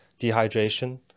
dehydration